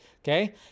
okay